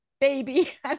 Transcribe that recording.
baby